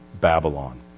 Babylon